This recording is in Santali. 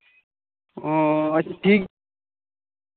ᱚ ᱟᱪᱪᱷᱟ ᱴᱷᱤᱠ